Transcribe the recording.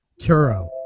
Turo